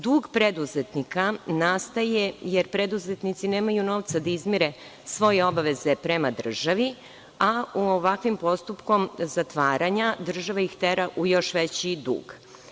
Dug preduzetnika nastaje jer preduzetnici nemaju novca da izmire svoje obaveze prema državi, a ovakvim postupkom zatvaranja država ih tera u još veći dug.